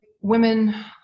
women